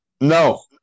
No